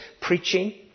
preaching